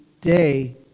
day